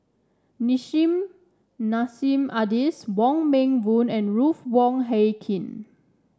Nissim Nassim Adis Wong Meng Voon and Ruth Wong Hie King